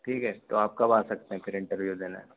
ठीक है तो आप कब आ सकते हैं फिर इंटरव्यू देने